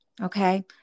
okay